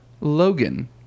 Logan